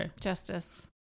justice